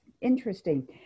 interesting